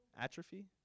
Atrophy